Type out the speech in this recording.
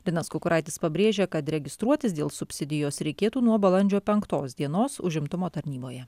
linas kukuraitis pabrėžė kad registruotis dėl subsidijos reikėtų nuo balandžio penktos dienos užimtumo tarnyboje